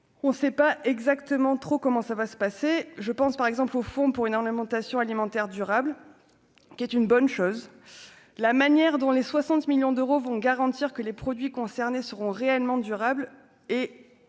on sait pas exactement trop comment ça va se passer, je pense par exemple au fond pour une alimentation alimentaire durable, qui est une bonne chose, la manière dont les 60 millions d'euros vont garantir que les produits concernés seront réellement durable et